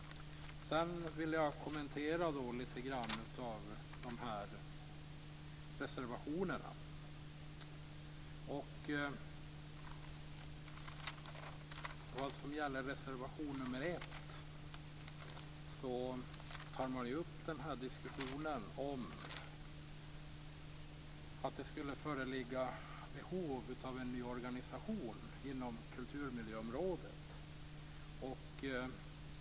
Jag vill sedan kommentera några av reservationerna. I reservation nr 1 tar man upp behovet av en ny organisation inom kulturmiljöområdet.